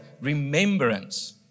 remembrance